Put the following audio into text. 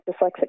dyslexic